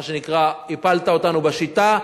מה שנקרא: הפלת אותנו בשיטה?